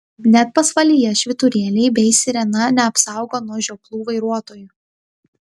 net pasvalyje švyturėliai bei sirena neapsaugo nuo žioplų vairuotojų